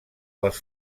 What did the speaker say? les